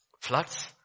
Floods